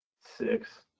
six